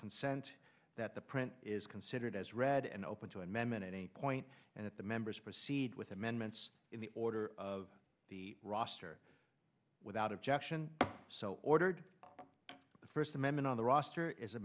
consent that the print is considered as read and open to an amendment at any point and that the members proceed with amendments in the order of the roster without objection so ordered the first amendment on the roster is a